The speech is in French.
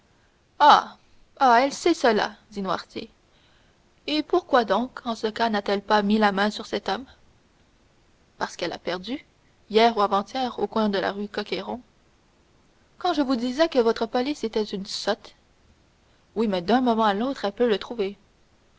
sait cela dit noirtier et pourquoi donc en ce cas n'a-t-elle pas mis la main sur cet homme parce qu'elle l'a perdu hier ou avant-hier au coin de la rue coq héron quand je vous disais que votre police était une sotte oui mais d'un moment à l'autre elle peut le trouver